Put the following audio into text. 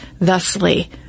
thusly